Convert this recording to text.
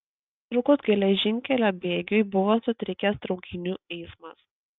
trūkus geležinkelio bėgiui buvo sutrikęs traukinių eismas